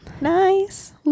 Nice